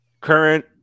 Current